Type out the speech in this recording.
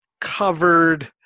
covered